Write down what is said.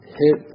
hit